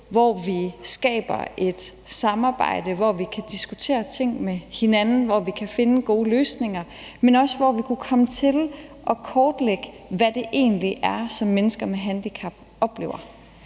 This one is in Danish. hvor vi skaber et samarbejde, hvor vi kan diskutere ting med hinanden, hvor vi kan finde gode løsninger, men også hvor vi kunne komme til at kortlægge, hvad det egentlig er, som mennesker med handicap oplever.